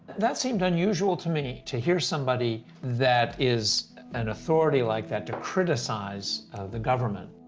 that seemed unusual to me, to hear somebody that is an authority like that to criticize the government.